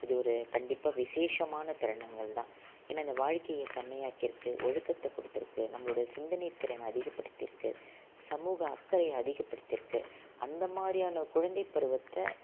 இது ஒரு கண்டிப்பாக விசேஷமான தருணங்கள்தான் ஏன்னால் இந்த வாழ்க்கையை செம்மையாக்கியிருக்கு ஒழுக்கத்தை கொடுத்துருக்குது நம்பளோடய சிந்தனைத்திறனை அதிகப்படுத்தியிருக்கு சமூக அக்கறை அதிகப்படுத்தியிருக்கு அந்தமாதிரியான குழந்தைப்பருவத்தை